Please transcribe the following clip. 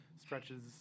stretches